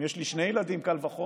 אם יש לי שני ילדים, קל וחומר.